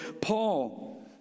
Paul